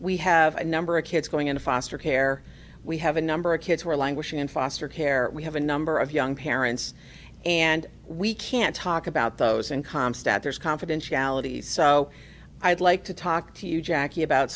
we have a number of kids going into foster care we have a number of kids who are languishing in foster care we have a number of young parents and we can't talk about those income status confidentiality so i would like to talk to you jackie about